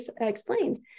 explained